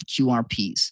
QRPs